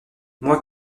moi